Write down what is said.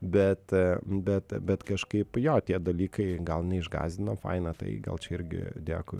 bet bet bet kažkaip jo tie dalykai gal neišgąsdino faina tai gal čia irgi dėkui